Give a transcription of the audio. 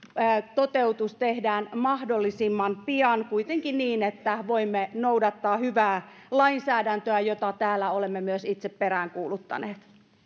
toteutus tehdään mahdollisimman pian kuitenkin niin että voimme noudattaa hyvää lainsäädäntöä jota täällä olemme myös itse peräänkuuluttaneet